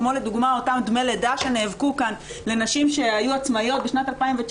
כמו לדוגמה אותם דמי לידה שנאבקו כאן לנשים שהיו עצמאיות בשנת 2019,